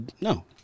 no